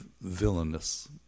villainous